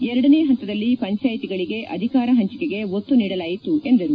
ಎರಡನೇ ಹಂತದಲ್ಲಿ ಪಂಚಾಯಿತಿಗಳಿಗೆ ಅಧಿಕಾರ ಹಂಚಿಕೆಗೆ ಒತ್ತು ನೀಡಲಾಯಿತು ಎಂದರು